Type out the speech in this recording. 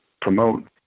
promote